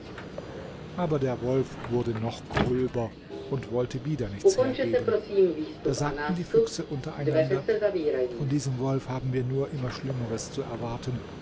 aber der wolf wurde noch gröber und wollte wieder nichts hergeben da sagten die füchse untereinander von diesem wolf haben wir nur immer schlimmeres zu erwarten